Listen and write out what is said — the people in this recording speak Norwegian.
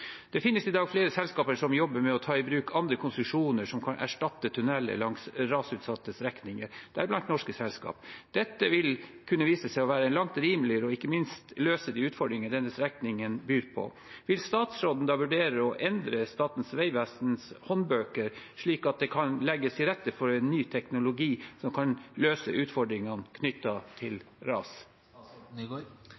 Det finnes i dag flere selskaper som jobber med å ta i bruk andre konstruksjoner som kan erstatte tunneler langs rasutsatte strekninger, deriblant norske selskap. Det vil kunne vise seg å være langt rimeligere og ikke minst løse de utfordringer denne strekningen byr på. Vil statsråden vurdere å endre Statens vegvesens håndbøker slik at det kan legges til rette for ny teknologi som kan løse utfordringene knyttet til